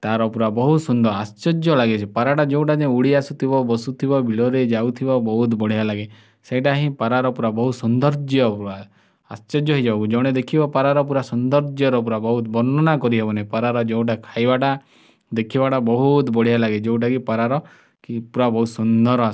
ତା'ର ପୂରା ବହୁତ ସୁନ୍ଦର ଆଶ୍ଚର୍ଯ୍ୟ ଲାଗେ ସେ ପାରାଟା ଯେଉଁଟା ଯେଉଁ ଉଡ଼ି ଆସୁଥିବ ବସୁଥିବ ବିଲରେ ଯାଉଥିବ ବହୁତ ବଢ଼ିଆ ଲାଗେ ସେଇଟା ହିଁ ପାରାର ପୂରା ବହୁତ ସୌନ୍ଦର୍ଯ୍ୟ ପୂରା ଆଶ୍ଚର୍ଯ୍ୟ ହୋଇଯାଉ ଜଣେ ଦେଖିବ ପାରାର ପୁରା ସୌନ୍ଦର୍ଯ୍ୟର ପୂରା ବହୁତ ବର୍ଣ୍ଣନା କରିହବନି ପାରାର ଯେଉଁଟା ଖାଇବାଟା ଦେଖିବାଟା ବହୁତ ବଢ଼ିଆ ଲାଗେ ଯେଉଁଟା କି ପାରାର କି ପୂରା ବହୁତ ସୁନ୍ଦର